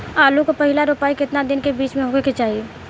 आलू क पहिला रोपाई केतना दिन के बिच में होखे के चाही?